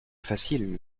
facile